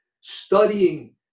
Studying